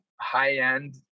high-end